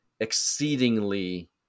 exceedingly